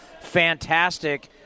fantastic